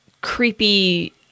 creepy